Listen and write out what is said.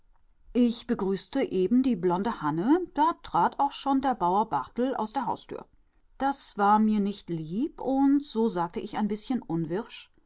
ich begrüßte eben die blonde hanne da trat auch schon der bauer barthel aus der haustür das war mir nicht lieb und so sagte ich ein